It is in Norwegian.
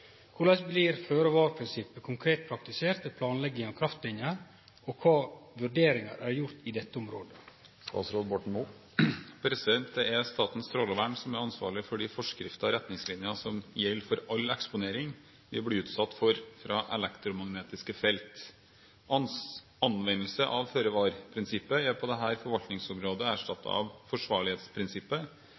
blir føre-var-prinsippet konkret praktisert ved planlegging av kraftlinjer, og kva vurderingar er gjorde i dette området?» Det er Statens strålevern som er ansvarlig for de forskrifter og retningslinjer som gjelder for all eksponering vi blir utsatt for fra elektromagnetiske felt. Anvendelse av føre-var-prinsippet er på dette forvaltningsområdet erstattet av forsvarlighetsprinsippet,